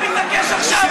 למה אתה מתעקש עכשיו?